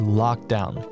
lockdown